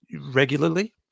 regularly